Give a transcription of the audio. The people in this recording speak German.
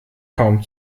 kaum